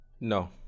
No